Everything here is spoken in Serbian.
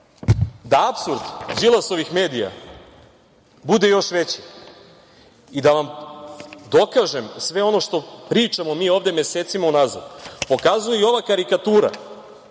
Da apsurd Đilasovih medija bude još veći i da vam dokažem sve ono što pričamo ovde mesecima unazad, pokazuje i ova karikatura